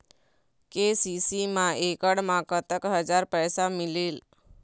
KCC मा एकड़ मा कतक हजार पैसा मिलेल?